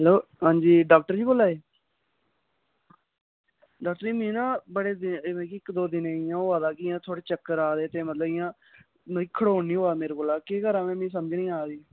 doctor ji मी ना बडे़ दिने दी मिगी इक दो दिने दी इयां होआ दा इयां थोह्डे़ चक्कर आरदे ते मतलब इया खढोन नेईं होआदा मेरे कोला केह् करां मे समझ नेईं आ दी